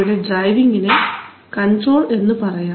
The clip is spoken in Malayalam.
ഇവിടെ ഡ്രൈവിംഗ് നെ കണ്ട്രോൾ എന്ന് പറയാം